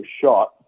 shot